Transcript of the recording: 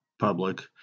public